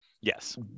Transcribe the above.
Yes